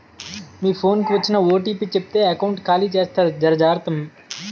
మీ phone కి వచ్చిన OTP చెప్తే ఎకౌంట్ ఖాళీ జెత్తారు జర జాగ్రత్త